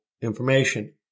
information